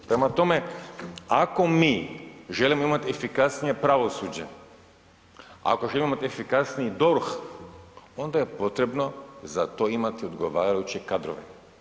Prema tome, ako mi želimo imati efikasnije pravosuđe, ako želimo imati efikasniji DORH onda je potrebno za to imati odgovarajuće kadrove.